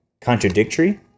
contradictory